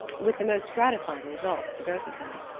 with the most gratifying results to both of them.